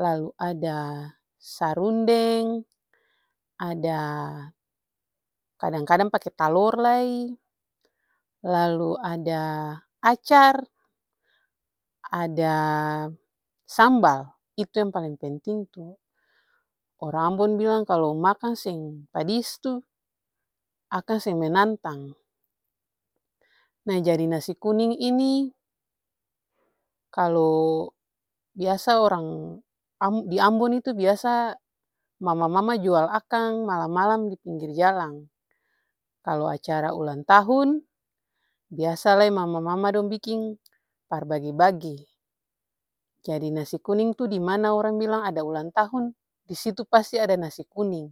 lalu ada sarondeng, ada kadang-kadang pake talor lai, lalu ada acar, ada sambal itu yang paleng penting tuh. Orang ambon bilang kalu makang seng padis tuh akang seng menantang. Nah jadi nasi kuning ini kalu biasa orang di ambon itu biasa mama-mama jual akang dipinggir jalan, kalu acara ulang tahun biasa lai mama-mama dong biking par bage-bage. Jadi nasi kuning tuh dimana orang bilang ada ulang tahun disitu pasti ada nasi kuning.